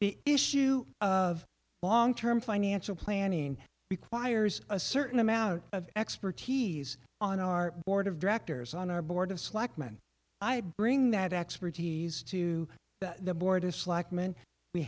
the issue of long term financial planning requires a certain amount of expertise on our board of directors on our board of selectmen i bring that expertise to the board of selectmen we